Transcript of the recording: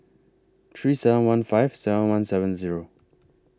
three seven one five seven one seven Zero